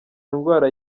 ngo